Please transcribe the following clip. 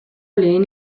lehen